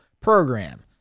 program